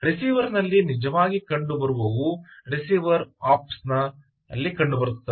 ರಿಸೀವರ್ನಲ್ಲಿ ನಿಜವಾಗಿ ಕಂಡುಬರುವವು ರಿಸೀವರ್ ಓಪ್ಸ್ನಲ್ಲಿ ಕಂಡುಬರುತ್ತದೆ